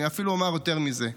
אני אפילו אומר יותר מזה: